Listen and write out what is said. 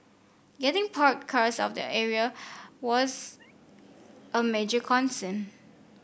getting parked cars of the area was a major concern